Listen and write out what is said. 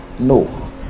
No